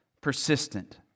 persistent